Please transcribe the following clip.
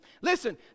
Listen